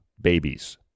babies